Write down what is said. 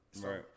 Right